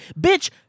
bitch